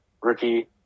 rookie